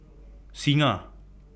Singha